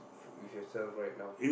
with yourself right now